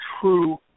true